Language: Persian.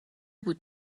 بود